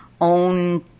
own